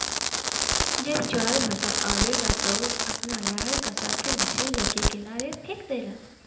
जब ज्वारभाटा आवेला त उ अपना लहर का साथे मछरी लोग के किनारे फेक देला